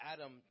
Adam